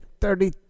thirty